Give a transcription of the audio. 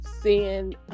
Seeing